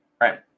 right